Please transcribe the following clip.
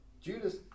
Judas